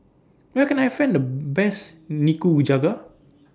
Where Can I Find The Best Nikujaga